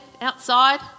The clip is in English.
outside